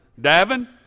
Davin